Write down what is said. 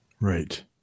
Right